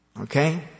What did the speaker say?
Okay